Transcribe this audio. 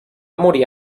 morir